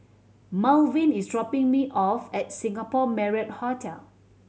Malvin is dropping me off at Singapore Marriott Hotel